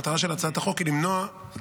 המטרה של הצעת החוק היא למנוע הקמת